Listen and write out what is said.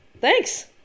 thanks